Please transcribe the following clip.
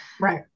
right